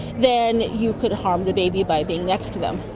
then you could harm the baby by being next to them.